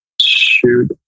shoot